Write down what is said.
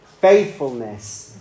faithfulness